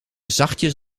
zachtjes